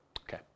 Okay